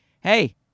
hey